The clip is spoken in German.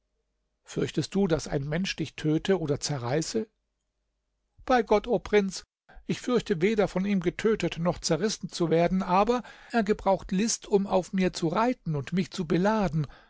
fürchtest du daß ein mensch dich töte oder zerreiße bei gott o prinz ich fürchte weder von ihm getötet noch zerrissen zu werden aber er gebraucht list um auf mir zu reiten und mich zu beladen